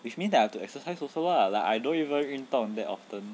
which means I have to exercise also lah like I don't even 运动 that often